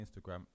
Instagram